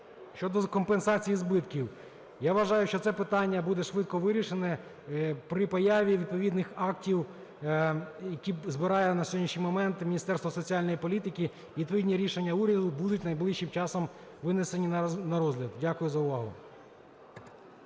Щодо компенсації збитків, я вважаю, що це питання буде швидко вирішено при появі відповідних актів, які збирає на сьогоднішній момент Міністерство соціальної політики. Відповідні рішення уряду будуть найближчим часом винесені на розгляд. Дякую за увагу.